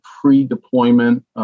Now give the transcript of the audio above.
pre-deployment